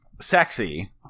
sexy